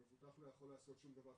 המבוטח לא יכול לעשות שום דבר,